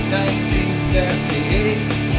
1938